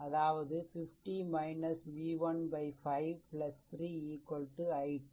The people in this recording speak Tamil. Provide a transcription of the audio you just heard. அதாவது 50 v1 5 3 i2